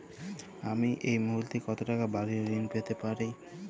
আমি এই মুহূর্তে কত টাকা বাড়ীর ঋণ পেতে পারি?